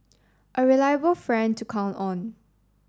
a reliable friend to count on